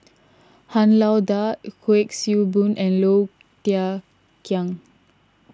Han Lao Da Kuik Swee Boon and Low Thia Khiang